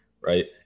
Right